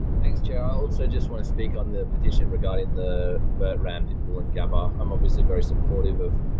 thanks chair, i also just want to speak on the petition regarding the vert ramp in woolloongabba. i'm obviously very supportive of